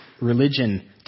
religion